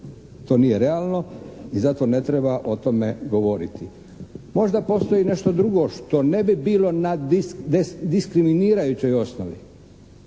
To nije realno i zato ne treba o tome govoriti. Možda postoji nešto drugo što ne bi bilo na diskriminirajućoj osnovi